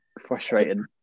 frustrating